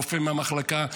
רופא מהמחלקה,